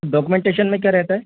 documentation में क्या रहता है